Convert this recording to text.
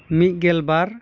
ᱢᱤᱫᱜᱮᱞ ᱵᱟᱨ